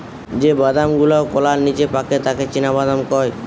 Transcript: যে বাদাম গুলাওকলার নিচে পাকে তাকে চীনাবাদাম কয়